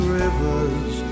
rivers